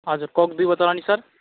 हजुर कोक दुई बोतल अनि सर